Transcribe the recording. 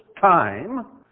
time